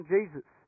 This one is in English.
Jesus